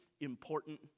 important